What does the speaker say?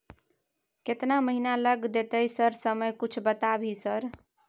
केतना महीना लग देतै सर समय कुछ बता भी सर?